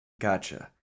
Gotcha